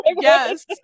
yes